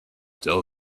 tell